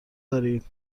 دارید